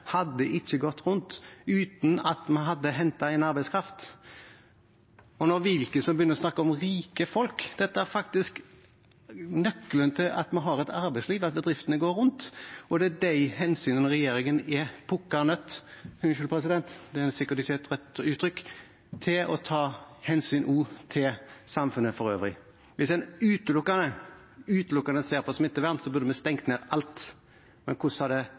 hadde ikke gått rundt uten at vi hadde hentet inn arbeidskraft. Wilkinson snakker om rike folk. Det er faktisk nøkkelen til at vi har et arbeidsliv, at bedriftene går rundt, og det er de hensynene regjeringen er pukka nødt – unnskyld, president, det er sikkert ikke et rett uttrykk – til å ta, og også hensyn til samfunnet for øvrig. Hvis en utelukkende ser på smittevern, burde vi stengt ned alt, men hvordan hadde det